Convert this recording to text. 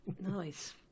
Nice